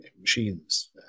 machines